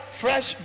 fresh